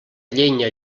llenya